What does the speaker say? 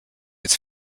its